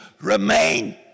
remain